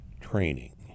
training